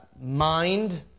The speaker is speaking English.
mind